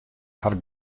har